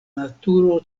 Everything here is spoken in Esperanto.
naturo